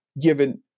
given